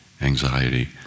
anxiety